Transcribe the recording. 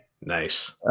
Nice